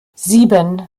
sieben